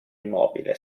immobile